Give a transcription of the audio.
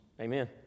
Amen